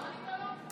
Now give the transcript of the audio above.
לא ענית לו?